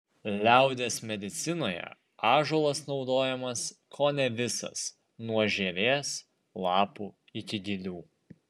liaudies medicinoje ąžuolas naudojamas kone visas nuo žievės lapų iki gilių